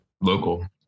local